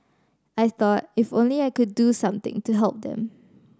I thought if only I could do something to help them